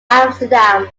amsterdam